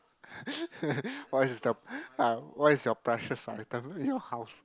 what is the ya what is your precious item in your house